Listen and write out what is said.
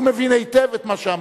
הוא מבין היטב את מה שאמרתי.